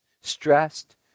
stressed